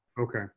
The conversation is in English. Okay